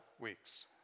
weeks